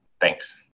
Thanks